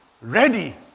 ready